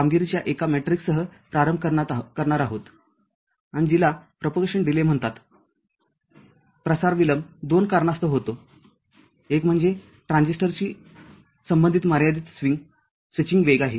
प्रसार विलंब दोन कारणास्तव होतो एक म्हणजे ट्रान्झिस्टरशी संबंधित मर्यादित स्विचिंग वेग आहे